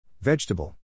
Vegetable